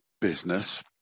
business